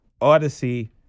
Odyssey